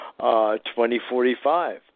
2045